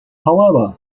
however